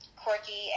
quirky